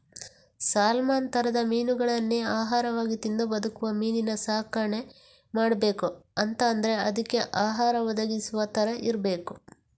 salmon ತರದ ಮೀನುಗಳನ್ನೇ ಆಹಾರವಾಗಿ ತಿಂದು ಬದುಕುವ ಮೀನಿನ ಸಾಕಣೆ ಮಾಡ್ಬೇಕು ಅಂತಾದ್ರೆ ಅದ್ಕೆ ಆಹಾರ ಒದಗಿಸುವ ತರ ಇರ್ಬೇಕು